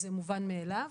זה מובן מאליו,